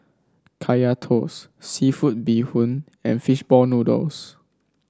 Kaya Toast seafood Bee Hoon and fish ball noodles